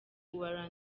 uwa